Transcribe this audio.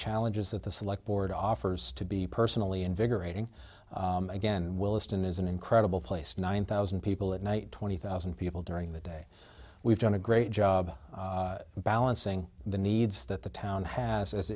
challenges that the select board offers to be personally invigorating again willesden is an incredible place nine thousand people at night twenty thousand people during the day we've done a great job balancing the needs that the town has